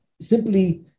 simply